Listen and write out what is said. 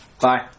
Bye